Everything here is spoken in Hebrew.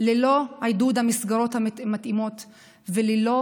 ללא עידוד המסגרות המתאימות וללא